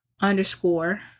underscore